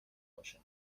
باشن